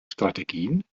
strategien